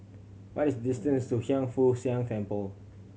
what is the distance to Hiang Foo Siang Temple